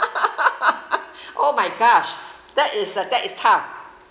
oh my gosh that is that is tough